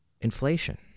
inflation